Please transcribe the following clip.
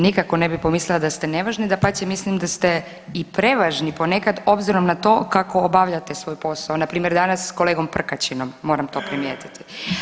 Nikako ne bi pomislila da ste nevažni, dapače mislim da ste i prevažni ponekad obzirom na to kako obavljate svoj posao, npr. danas s kolegom Prkačinom moram to primijetiti.